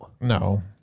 No